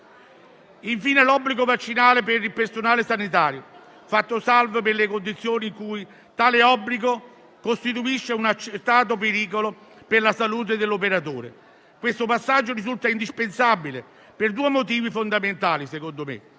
previsto l'obbligo vaccinale per il personale sanitario, fatto salvo per le condizioni in cui tale obbligo costituisce un accertato pericolo per la salute dell'operatore. Secondo me questo passaggio risulta indispensabile per due motivi fondamentali: prima